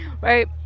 Right